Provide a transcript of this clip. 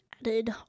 added